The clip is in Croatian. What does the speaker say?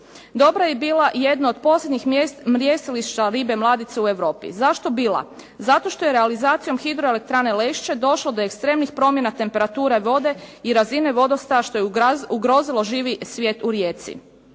Dobro je bilo i jedno do posljednjih mrjestilišta ribe mladice u Europi. Zašto bilo? Zato što je realizacijom Hidroelektrane Lešće došlo do ekstremnih promjena temperature vode i razine vodostaja što je ugrozilo živi svijet u rijeci.